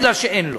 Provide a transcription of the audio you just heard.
כי אין לו.